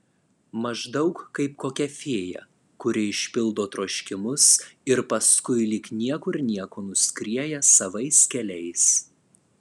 maždaug kaip kokia fėja kuri išpildo troškimus ir paskui lyg niekur nieko nuskrieja savais keliais